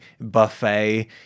buffet